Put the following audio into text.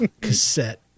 cassette